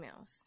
emails